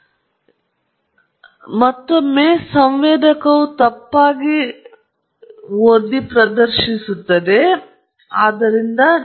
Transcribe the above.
ಮತ್ತು ನೀವು ಸುಲಭವಾಗಿ ಈ ಸಮಸ್ಯೆಯನ್ನು ಒಮ್ಮೆ ತಿಳಿದಿರುವ ಕಾರಣ 70 ಡಿಗ್ರಿ ಸಿ ಮಾತ್ರ ಸೆರೆಹಿಡಿಯುತ್ತದೆ ಅನೇಕ ಗ್ರಾಂಗಳಷ್ಟು ನೀರು ಒಯ್ಯುತ್ತದೆ ನೀವು ಅದೇ ಆರ್ದ್ರಕವನ್ನು 80 ಡಿಗ್ರಿ ಸಿ 90 ನಲ್ಲಿ ಪರಿಶೀಲಿಸಿ ಡಿಗ್ರಿ ಸಿ ಮತ್ತು ಅದಕ್ಕಿಂತಲೂ ಹೆಚ್ಚು